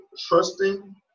trusting